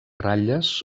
ratlles